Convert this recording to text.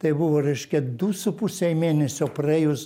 tai buvo reiškia du su pusei mėnesio praėjus